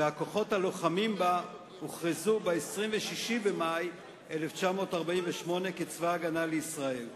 והכוחות הלוחמים בה הוכרזו ב- 26 במאי 1948 כצבא-הגנה לישראל.